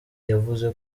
yavuze